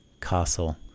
castle